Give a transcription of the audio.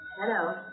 Hello